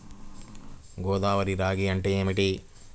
గోదావరి రాగి అంటే ఏమిటి?